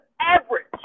average